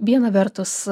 viena vertus